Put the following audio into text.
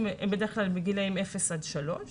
הם בדרך כלל בגילאים אפס עד שלוש ,